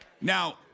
Now